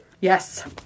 Yes